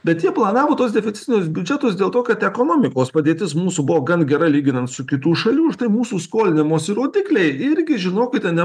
bet jie planavo tuos deficitinius biudžetus dėl to kad ekonomikos padėtis mūsų buvo gan gera lyginant su kitų šalių užtai mūsų skolinimosi rodikliai irgi žinokite ne